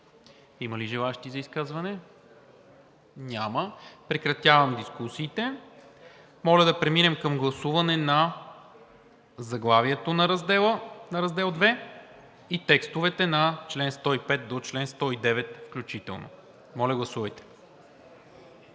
Има ли желаещи за изказване? Няма. Прекратявам дискусиите. Моля да преминем към гласуване на заглавието на Раздел II и текстовете на чл. 105 до чл. 109 включително. Гласували